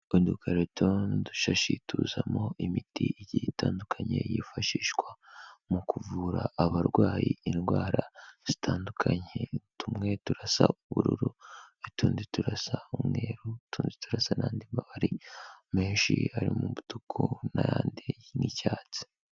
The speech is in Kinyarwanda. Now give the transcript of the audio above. Udukarito n'udushashi tuzamo imiti itandukanye yifashishwa mu kuvura abarwayi indwara zitandukanye. Tumwe turasa ubururu n'utundi turasa umweru, utundi turasa n'andi mabara menshi arimo umutuku n'ayandi y'icyatsi.